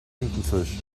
tintenfisch